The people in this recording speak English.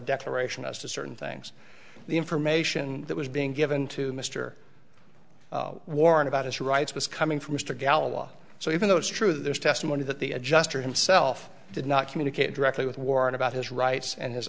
declaration as to certain things the information that was being given to mister warren about his rights was coming from mr gala so even though it's true there's testimony that the adjuster himself did not communicate directly with warren about his rights and his